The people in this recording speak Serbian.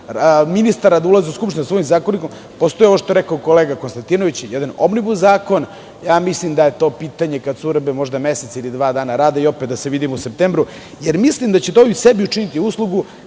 ministara da ulaze u Skupštinu sa ovim zakonikom, postoji ovo što je rekao kolega Konstantinović, jedan omnibus zakon, mislim da je to pitanje, kada se uredbe možda mesec ili dva dana rade i opet da se vidimo u septembru, jer mislim da ćete i sebi učiniti uslugu,